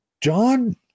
John